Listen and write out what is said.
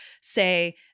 say